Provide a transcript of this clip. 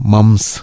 Mums